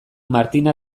martina